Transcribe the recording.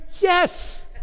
yes